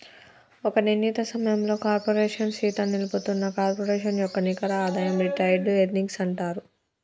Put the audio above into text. ఒక నిర్ణీత సమయంలో కార్పోరేషన్ సీత నిలుపుతున్న కార్పొరేషన్ యొక్క నికర ఆదాయం రిటైర్డ్ ఎర్నింగ్స్ అంటారు